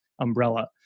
umbrella